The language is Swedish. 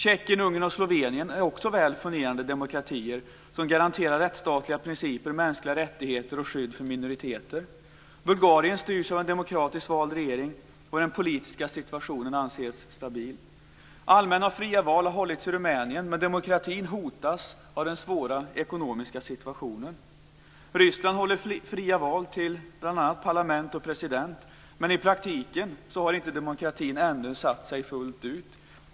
Tjeckien, Ungern och Slovenien är också väl fungerande demokratier som garanterar rättsstatliga principer, mänskliga rättigheter och skydd för minoriteter. Bulgarien styrs av en demokratiskt vald regering, och den politiska situationen anses stabil. Allmänna och fria val har hållits i Rumänien, men demokratin hotas av den svåra ekonomiska situationen. Ryssland håller fria val till bl.a. parlament och vad gäller presidentposten, men i praktiken har demokratin ännu inte satt sig fullt ut.